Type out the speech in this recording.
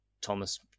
Thomas